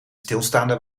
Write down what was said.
stilstaande